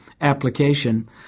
application